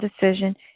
decision